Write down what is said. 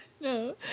No